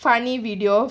funny video